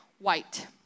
white